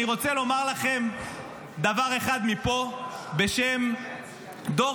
אני רוצה לומר לכם דבר אחד מפה בשם דור